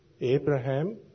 Abraham